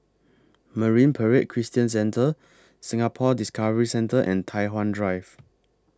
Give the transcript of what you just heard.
Marine Parade Christian Centre Singapore Discovery Centre and Tai Hwan Drive